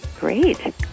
Great